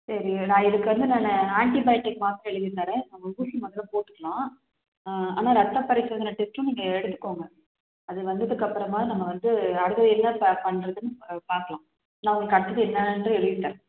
சரி நீங்கள் நான் இதுக்கு வந்து நான் ஆண்ட்டிபயோடிக் மாத்தரை எழுதி தரேன் நம்ம ஊசி மொதலில் போட்டுக்கலாம் ஆனால் ரத்த பரிசோதனை டெஸ்ட்டும் நீங்கள் எடுத்துக்கோங்க அது வந்ததுக்கு அப்புறமா நம்ம வந்து அடுத்தது என்ன இப்போ பண்ணுறதுனு ப பார்க்கலாம் நான் உங்களுக்கு அடுத்தது என்னான்றது எழுதி தரேன்